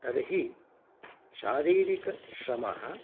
तर्हि शारीरिकश्रमः